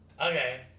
Okay